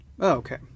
Okay